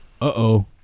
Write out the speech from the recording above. Uh-oh